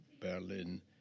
Berlin